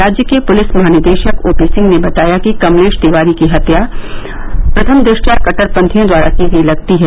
राज्य के पुलिस महानिदेशक ओ पी सिंह ने बताया कि कमलेश तिवारी की हत्या प्रथम दृष्टया कदृरपंथियों द्वारा की गयी लगती है